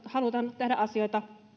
halutaan nyt tehdä asioita